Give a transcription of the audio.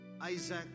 Isaac